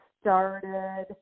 started